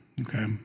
okay